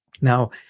Now